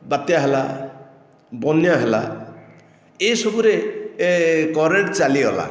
ବାତ୍ୟା ହେଲା ବନ୍ୟା ହେଲା ଏ ସବୁରେ କରେଣ୍ଟ ଚାଲିଗଲା